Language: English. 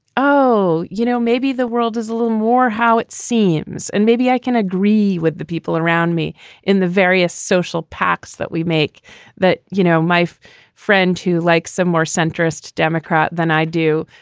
oh, you know, maybe the world is a little more how it seems and maybe i can agree with the people around me in the various social pacts that we make that, you know, my friend too, like some more centrist democrat than i do,